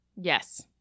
Yes